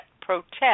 protest